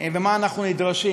למה אנחנו נדרשים.